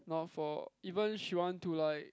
not for even she want to like